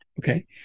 okay